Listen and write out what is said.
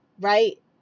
right